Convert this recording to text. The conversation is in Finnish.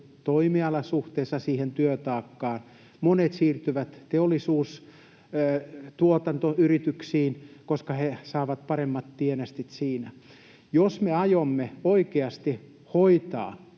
toimiala suhteessa siihen työtaakkaan. Monet siirtyvät teollisuustuotantoyrityksiin, koska he saavat paremmat tienestit siinä. Jos me aiomme oikeasti hoitaa